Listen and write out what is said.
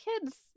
kids